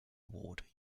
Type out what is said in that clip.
award